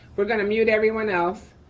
we're gonna mute everyone else.